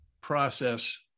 process